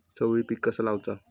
चवळी पीक कसा लावचा?